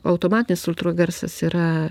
automatinis ultragarsas yra